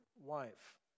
wife